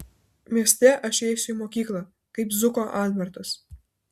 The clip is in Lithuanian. mieste aš eisiu į mokyklą kaip zuko albertas